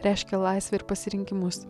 reiškia laisvę ir pasirinkimus